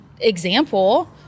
example